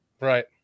Right